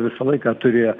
visą laiką turėjo